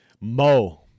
Mo